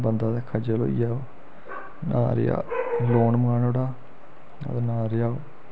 बंदा ते खज्जल होई गेआ ओह् नां रेहा लोन मकानै जुड़ा ते नां रेहा